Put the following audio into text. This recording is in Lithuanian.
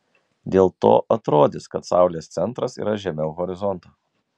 dėl to atrodys kad saulės centras yra žemiau horizonto